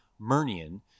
Murnian